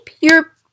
your-